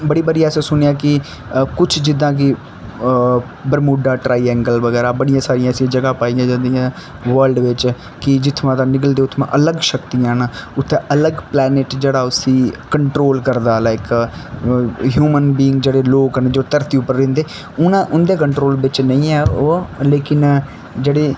बड़ी बारी असें सुनेआ कि कुछ जेह्दा कि वर्मुंडा ट्राईएंग्ल बगैरा बड़ियां सारियां ऐसियां जगह पाई जंदियां वर्ल्ड बिच्च कि जित्थुआं दा निकलदे उत्थुआं अलग शक्तियां न उत्थैं अलग प्लेनेट जेह्ड़ा उसी कंट्रोल करदा लाइक ह्यूमन बींग जेह्ड़े लोक न जो धरती उप्पर रौंह्दे न उ'नें उं'दे कंट्रोल बिच्च नेईं ऐ ओह् लेकिन जेह्ड़ी